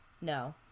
No